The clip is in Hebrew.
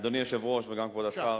אדוני היושב-ראש וגם כבוד השר,